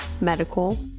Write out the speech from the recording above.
medical